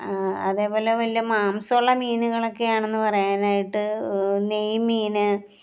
അതുപോലെ വലിയ മാംസമുള്ള മീനുകളൊക്കെ ആണെന്ന് പറയാൻ ആയിട്ട് നെയ്മീൻ